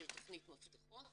תכנית מפתחות